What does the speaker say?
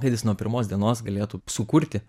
kad jis nuo pirmos dienos galėtų sukurti